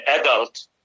adult